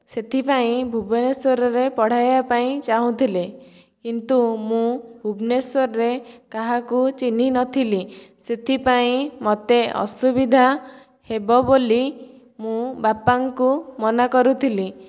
ସେଥିପାଇଁ ଭୁବନେଶ୍ଵରରେ ପଢ଼ାଇବା ପାଇଁ ଚାହୁଁଥିଲେ କିନ୍ତୁ ମୁଁ ଭୁବନେଶ୍ଵରରେ କାହାକୁ ଚିହ୍ନି ନଥିଲି ସେଥିପାଇଁ ମୋତେ ଅସୁବିଧା ହେବ ବୋଲି ମୁଁ ବାପାଙ୍କୁ ମନା କରୁଥିଲି